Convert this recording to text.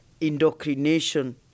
indoctrination